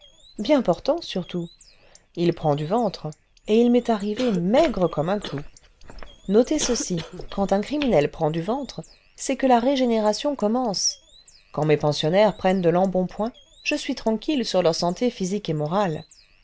bien portant surtout h prend du ventre et il m'est arrivé maigre comme un clou pensionnaires de la marsï ifs'centrale de melun le vingtième siècle notez ceci quand un criminel prend clu ventre c'est que la régénération commence quand mes pensionnaires prennent de l'embonpoint je suis tranquille sur leur santé physique et morale